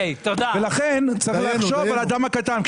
ולכן צריך לחשוב על האדם הקטן.